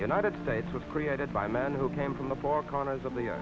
united states was created by men who came from the far corners of the